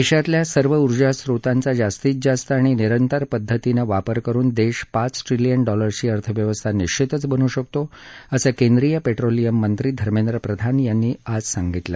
देशातल्या सर्व उर्जास्रोतांचा जास्तीत जास्त आणि निरंतर पद्धतीनं वापर करुन देश पाच ट्रिलियन डॉलरची अर्थव्यवस्था निश्वितच बनू शकतो असं केंद्रीय पेट्रोलियम मंत्री धमेंद्र प्रधान यांनी आज सांगितलं